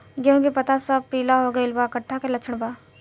गेहूं के पता सब पीला हो गइल बा कट्ठा के लक्षण बा?